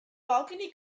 balcony